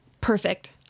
perfect